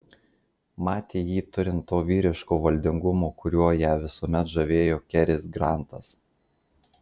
matė jį turint to vyriško valdingumo kuriuo ją visuomet žavėjo keris grantas